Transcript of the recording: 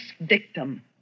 victim